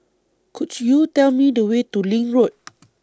Could YOU Tell Me The Way to LINK Road